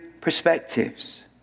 perspectives